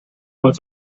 was